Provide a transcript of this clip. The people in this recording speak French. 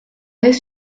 est